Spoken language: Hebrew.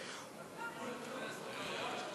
לא קצת התבלבלת?